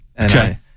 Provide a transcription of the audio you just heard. Okay